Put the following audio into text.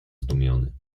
zdumiony